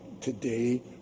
today